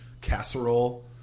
casserole